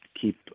keep